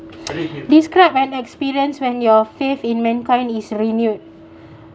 describe an experience when your faith in mankind is renewed